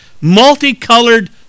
multicolored